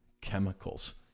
chemicals